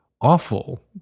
awful